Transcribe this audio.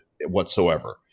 whatsoever